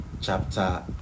chapter